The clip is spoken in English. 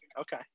okay